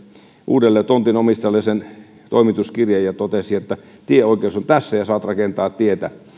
uudelle tontin omistajalle sen toimituskirjan ja totesi että tieoikeus on tässä ja saat rakentaa tietä